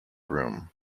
room